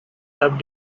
have